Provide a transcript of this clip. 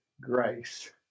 grace